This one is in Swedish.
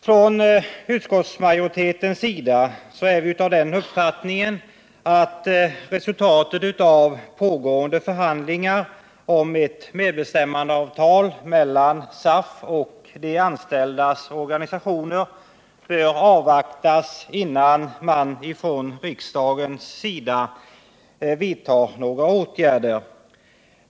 Inom utskottsmajoriteten har vi den uppfattningen att resultatet av pågående förhandlingar om ett medbestämmandeavtal mellan SAF och de anställdas organisationer bör avvaktas, innan riksdagen vidtar några åtgärder.